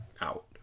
out